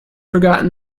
forgotten